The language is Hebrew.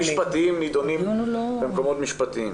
עניינים משפטיים נדונים במקומות משפטיים.